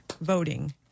voting